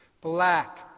Black